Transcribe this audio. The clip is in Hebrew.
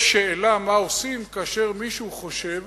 יש שאלה מה עושים כאשר מישהו חושב